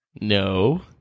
No